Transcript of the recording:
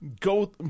go